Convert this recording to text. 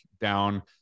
down